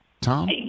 Tom